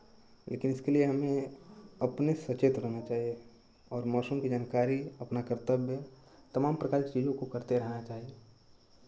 लेकिन इसके लिए हमें अपने सचेत रहना चाहिए और मौसम की जानकारी अपना कर्तव्य तमाम प्रकार की चीज़ों को करते रहना चाहिए